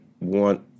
want